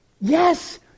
Yes